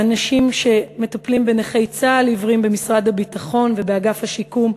האנשים שמטפלים בנכי צה"ל עיוורים במשרד הביטחון ובאגף השיקום,